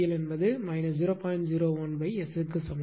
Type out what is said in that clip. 01S க்கு சமம்